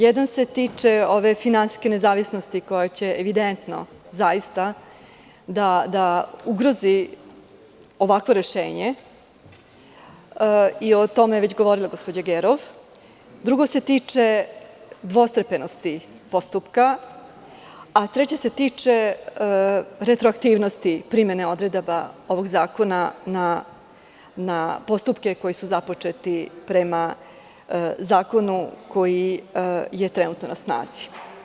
Jedna se tiče finansijske nezavisnost, koja će evidentno da ugrozi ovakvo rešenje, o tome je govorila gospođa Gerov, drugo se tiče dvostepenosti postupka, a treća se tiče retroaktivnosti primedaba ovog zakona na postupke koji su započeti prema zakonu koji jetrenutno na snazi.